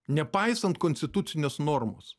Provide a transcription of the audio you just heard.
nepaisant konstitucinės normos